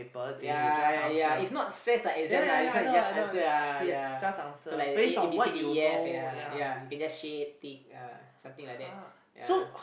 ya ya it's not stress like exam lah this one is just answer ah ya so like A A B C D E F ya ya you can just shade tick yeah something like that ya